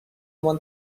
مان